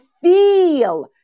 feel